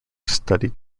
studied